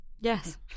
yes